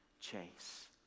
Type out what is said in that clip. chase